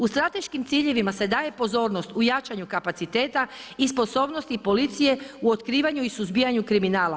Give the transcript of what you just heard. U strateškim ciljevima se daje pozornost u jačanju kapaciteta i sposobnosti policije u otkrivanju i suzbijanju kriminala.